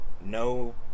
no